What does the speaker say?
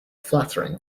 flattering